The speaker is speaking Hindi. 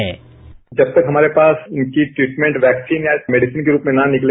साउंड बाईट जब तक हमारे पास उनकी ट्रीटमेंट वैक्सीन या मेडिसिन के रूप में न निकले